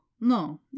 No